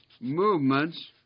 Movements